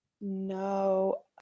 no